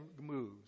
moves